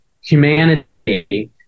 humanity